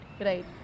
right